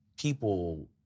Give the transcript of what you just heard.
people